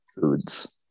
foods